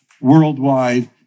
worldwide